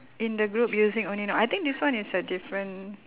in the group using only noun I think this one is a different